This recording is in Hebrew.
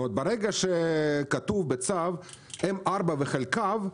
אבל ברגע שכתוב בצו "M4 וחלקיו",